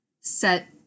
set